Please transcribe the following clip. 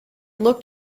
looked